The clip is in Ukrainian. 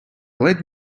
ледь